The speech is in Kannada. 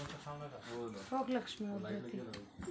ನನಗ ಎರಡು ಎತ್ತು ತಗೋಳಾಕ್ ಸಾಲಾ ಬೇಕಾಗೈತ್ರಿ ಕೊಡ್ತಿರೇನ್ರಿ?